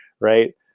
right